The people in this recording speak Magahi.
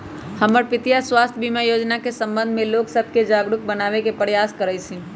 हमर पितीया स्वास्थ्य बीमा जोजना के संबंध में लोग सभके जागरूक बनाबे प्रयास करइ छिन्ह